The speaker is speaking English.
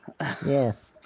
Yes